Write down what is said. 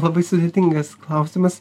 labai sudėtingas klausimas